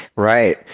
right,